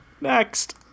Next